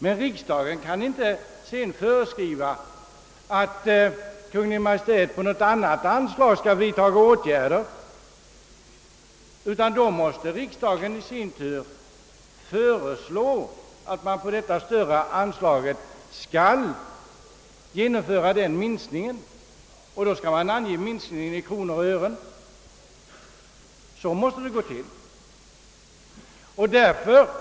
Men riksdagen kan inte föreskriva att Kungl. Maj:t sedan skall vidta åtgärder på något annat anslag. Riksdagen måste i så fall fatta beslut om en minskning av detta andra anslag och ange denna minskning i kronor och ören. Så måste det gå till.